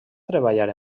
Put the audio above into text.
treballar